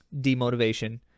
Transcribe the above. demotivation